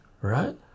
right